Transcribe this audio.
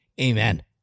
Amen